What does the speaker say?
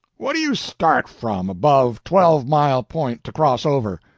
what do you start from, above twelve mile point, to cross over?